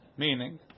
Meaning